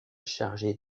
chargé